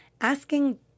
asking